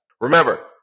Remember